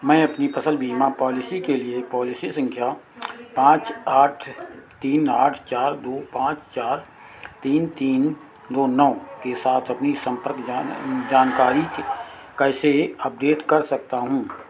मैं अपनी फसल बीमा पॉलिसी के लिए पॉलिसी संख्या पाँच आठ तीन आठ चार दो पाँच चार तीन तीन दो नौ के साथ अपनी संपर्क जान जानकारी कैसे अपडेट कर सकता हूँ